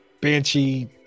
banshee